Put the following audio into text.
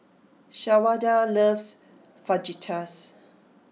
Shawanda loves Fajitas